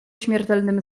śmiertelnym